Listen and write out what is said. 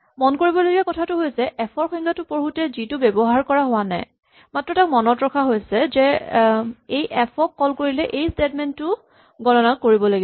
মন কৰিবলগীয়া কথাটো হৈছে এফ ৰ সংজ্ঞাটো পঢ়োতে জি টো ব্যৱহাৰ কৰা হোৱা নাই মাত্ৰ তাক মনত ৰখা হৈছে যে এই এফ ক কল কৰিলে এই স্টেটমেন্টটো গণনা কৰিব লাগিব